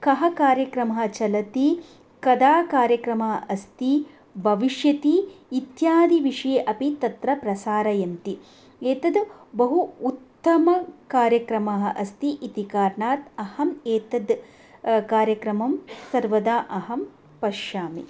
कः कार्यक्रमः चलति कदा कार्यक्रमः अस्ति भविष्यति इत्यादिविषये अपि तत्र प्रसारयन्ति एतद् बहु उत्तमकार्यक्रमः अस्ति इति कारणात् अहम् एतद् कार्यक्रमं सर्वदा अहं पश्यामि